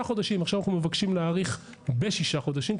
חודשים ועכשיו אנחנו מבקשים להאריך בשישה חודשים.